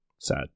Sad